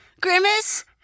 Grimace